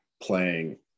playing